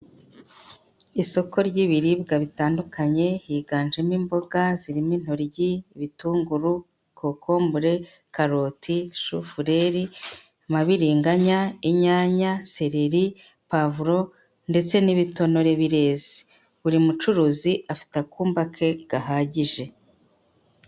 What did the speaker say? Isoko ry'ibiribwa bitandukanye higanjemo imboga zirimo intoryi, ibitunguru ,cokombure ,karoti, shufureri, mabiringanya, inyanya ,seriri, pavro, ndetse n'ibitonore bireze buri mucuruzi afite akumba ke gahagije.